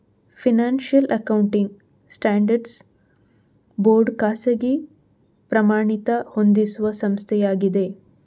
financial accounting standards board ಖಾಸಗಿ ಪ್ರಮಾಣಿತ ಹೊಂದಿಸುವ ಸಂಸ್ಥೆಯಾಗಿದೆ